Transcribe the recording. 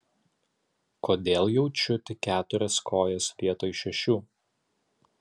kodėl jaučiu tik keturias kojas vietoj šešių